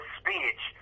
speech